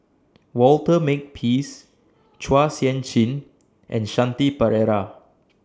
Walter Makepeace Chua Sian Chin and Shanti Pereira